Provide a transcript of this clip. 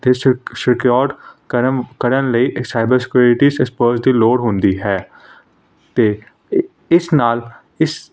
ਅਤੇ ਸਕਿਓਰ ਕਰਮ ਕਰਨ ਲਈ ਸਾਈਬਰ ਸਕਿਓਰਟੀ ਐਸਪਰਸ ਦੀ ਲੋੜ ਹੁੰਦੀ ਹੈ ਅਤੇ ਇ ਇਸ ਨਾਲ ਇਸ